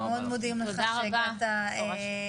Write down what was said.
אנחנו מאוד מודים לך שהגעת לוועדה